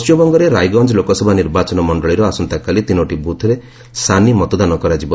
ପଣ୍ଟିମବଙ୍ଗରେ ରାଇଗଞ୍ଜ ଲୋକସଭା ନିର୍ବାଚନ ମଣ୍ଡଳୀର ଆସନ୍ତାକାଲି ତିନୋଟି ବୁଥ୍ରେ ସାନି ମତଦାନ କରାଯିବ